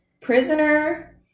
prisoner